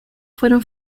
fueron